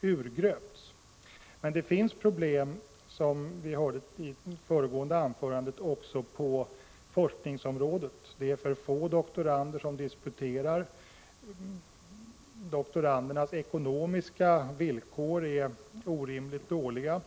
urgröpts. Men det finns problem också på forskningsområdet, som vi hörde i föregående anförande. Det är få doktorander som disputerar. Doktorandernas ekonomiska villkor är orimligt dåliga.